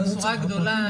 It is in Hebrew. כי הבשורה הגדולה,